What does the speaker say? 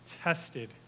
tested